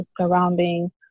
surrounding